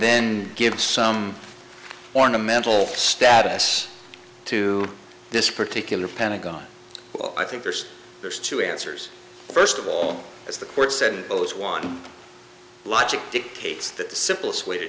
then given some ornamental status to this particular pentagon i think there's there's two answers first of all as the court said it was one logic dictates that the simplest way to